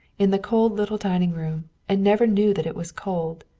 in the cold little dining room and never knew that it was cold,